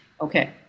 Okay